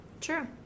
true